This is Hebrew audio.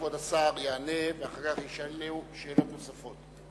כבוד השר יענה ואחר כך יישאלו שאלות נוספות.